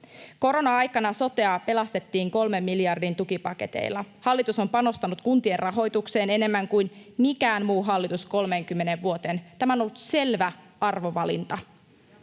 Korona-aikana sotea pelastettiin kolmen miljardin tukipaketeilla. Hallitus on panostanut kuntien rahoitukseen enemmän kuin mikään muu hallitus 30 vuoteen. Tämä on ollut selvä arvovalinta.